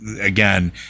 again